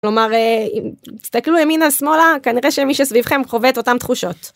כלומר, תסתכלו ימינה שמאלה, כנראה שמי שסביבכם חווה אותם תחושות.